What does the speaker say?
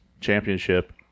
championship